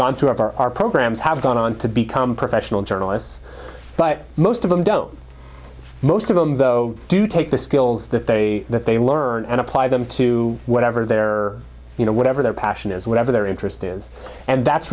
to our programs have gone on to become professional journalists but most of them don't most of them though do take the skills that they that they learn and apply them to whatever they are you know whatever their passion is whatever their interest is and that's